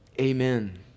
Amen